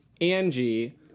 Angie